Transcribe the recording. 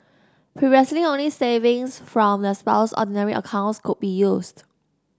previously only savings from their spouse's ordinary accounts could be used